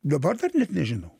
dabar dar net nežinau